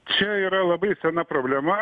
čia yra labai sena problema